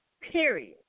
period